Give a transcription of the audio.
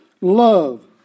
Love